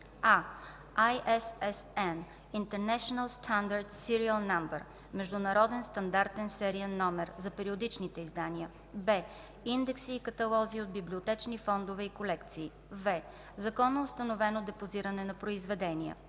а) ISSN (International Standard Serial Number – Международен стандартен сериен номер) за периодични издания; б) индекси и каталози от библиотечни фондове и колекции; в) законоустановено депозиране на произведения;